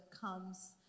comes